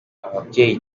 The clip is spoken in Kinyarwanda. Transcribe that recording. ababyeyi